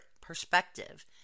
perspective